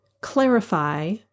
clarify